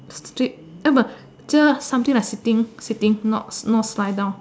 street ya but just something like sitting sitting not not lie down